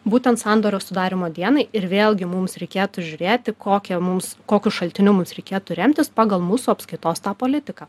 būtent sandorio sudarymo dienai ir vėlgi mums reikėtų žiūrėti kokią mums kokiu šaltiniu mums reikėtų remtis pagal mūsų apskaitos tą politiką